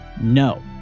no